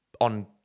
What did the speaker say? On